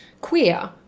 queer